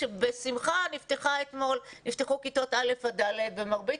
בשמחה נפתחו אתמול כיתות א' עד ד' ומרבית